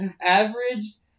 averaged